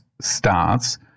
starts